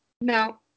No